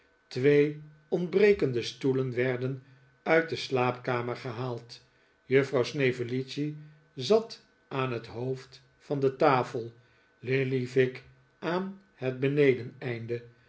twee ontbrekende stoelen werden uit de slaapkamer gehaald juffrouw snevellicci zat aan het hoofd van de tafel lillyvick aan het benedeneinde